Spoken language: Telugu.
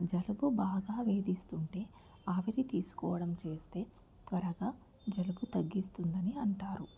జలుబు బాగా వేధిస్తుంటే ఆవిరి తీసుకోవడం చేస్తే త్వరగా జలుబు తగ్గిస్తుందని అంటారు